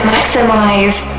Maximize